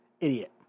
idiot